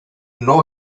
know